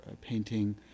painting